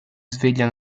sveglia